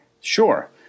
Sure